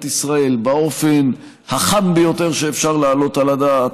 ישראל באופן החם ביותר שאפשר להעלות על הדעת,